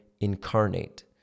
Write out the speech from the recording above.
incarnate